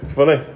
funny